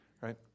right